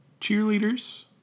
cheerleaders